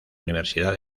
universidad